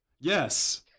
Yes